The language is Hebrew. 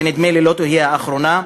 ונדמה לי שהיא לא תהיה האחרונה,